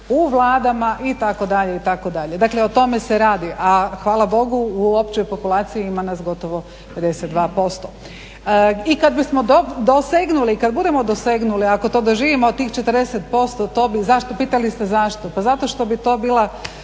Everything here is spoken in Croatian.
u vladama itd., itd. dakle o tome se radi. A hvala Bogu u općoj populaciji ima nas gotovo 52%. I kada bismo dosegnuli i kada budemo dosegnuli ako to doživimo od tih 40%, pitali ste zašto? Pa zato što bi to bila